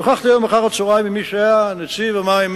שוחחתי היום אחר הצהריים עם מי שהיה נציב המים,